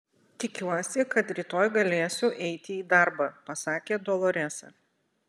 tikiuosi kad rytoj galėsiu eiti į darbą pasakė doloresa